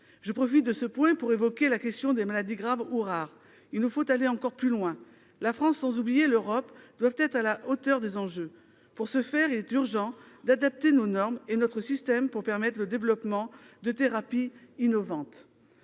Je profite de ce point pour évoquer la question des maladies graves ou rares. Il nous faut aller encore plus loin. La France, sans oublier l'Europe, doit être à la hauteur des enjeux. Pour ce faire, il est urgent d'adapter nos normes et notre système pour permettre le développement de thérapies innovantes.